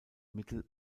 mittel